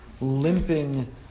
limping